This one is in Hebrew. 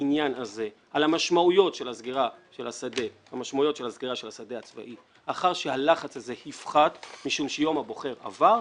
בעניין הזה על המשמעויות של סגירת השדה הצבאי יפחת משום שיום הבוחר עבר,